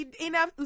enough